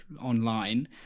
online